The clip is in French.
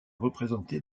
représenté